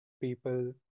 people